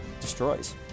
destroys